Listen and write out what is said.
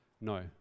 No